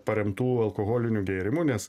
paremtų alkoholinių gėrimų nes